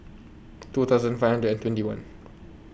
two thousand five hundred and twenty one